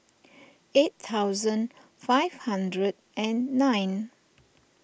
eight thousand five hundred and nine